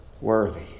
worthy